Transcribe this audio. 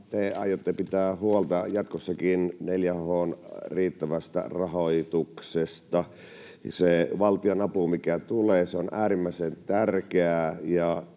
te aiotte pitää huolta jatkossakin 4H:n riittävästä rahoituksesta? Se valtion-apu, mikä tulee, on äärimmäisen tärkeää,